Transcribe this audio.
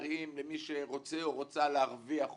מזעריים למי שרוצה להרוויח אותם,